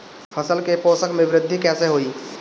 फसल के पोषक में वृद्धि कइसे होई?